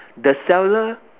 the seller